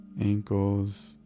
ankles